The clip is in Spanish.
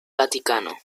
vaticano